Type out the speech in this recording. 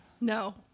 No